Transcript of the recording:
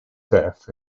death